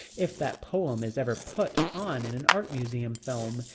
if that poem is ever put on in an art museum film,